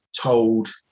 told